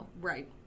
Right